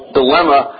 dilemma